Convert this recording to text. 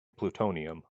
plutonium